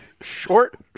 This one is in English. Short